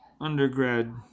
Undergrad